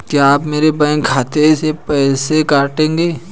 क्या आप मेरे बैंक खाते से पैसे काटेंगे?